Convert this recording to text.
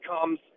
comes